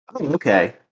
Okay